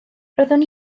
roeddwn